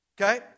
okay